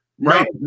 right